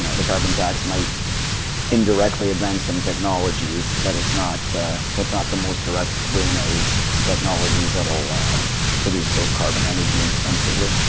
you know the carbon tax might indirectly advance some technologies but it's not it's not the most direct win as technology that'll produce low carbon energy inexpensively.